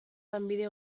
lanbide